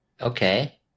Okay